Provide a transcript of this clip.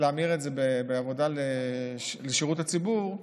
להמיר את זה בעבודה לשירות הציבור,